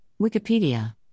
Wikipedia